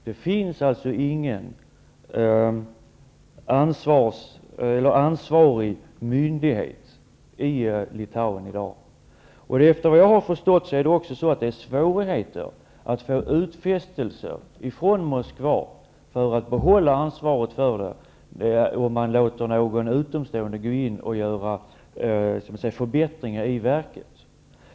Det finns ingen ansvarig myndighet i Litauen i dag. Enligt vad jag har förstått är det svårt att få utfästelser från Moskva om att behålla ansvaret om någon utomstående tillåts gå in och göra förbättringar i verket.